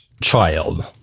child